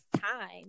time